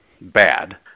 bad